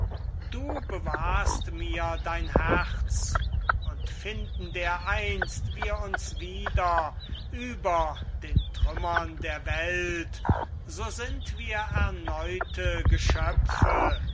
du bewahrst mir dein herz und finden dereinst wir uns wieder über den trümmern der welt so sind wir erneute geschöpfe